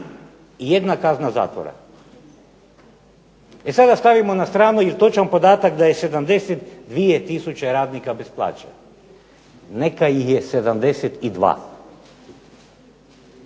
jedna kazna zatvora. Sada stavimo na stranu točan podatak da je 72 tisuće radnika bez plaće. Neka ih je 72.